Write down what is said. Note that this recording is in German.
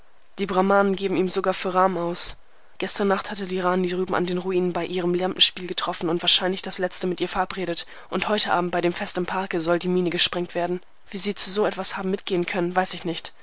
die brahmanen geben ihn sogar für rm aus gestern nacht hat er die rani drüben an den ruinen bei ihrem lampenspiel getroffen und wahrscheinlich das letzte mit ihr verabredet und heute abend bei dem fest im parke soll die mine gesprengt werden wie sie zu so etwas haben mitgehen können weiß ich nicht